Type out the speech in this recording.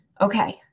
Okay